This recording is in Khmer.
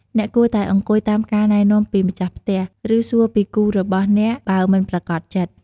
អ្នកគួរតែអង្គុយតាមការណែនាំពីម្ចាស់ផ្ទះ ឬសួរពីគូររបស់អ្នកបើមិនប្រាកដចិត្ត។